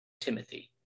Timothy